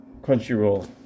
Crunchyroll